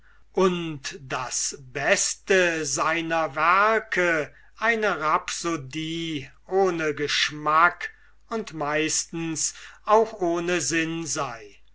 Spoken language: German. und das beste seiner werke eine rhapsodie ohne geschmack und meistens auch ohne sinn sei